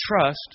trust